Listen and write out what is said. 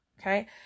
Okay